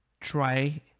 try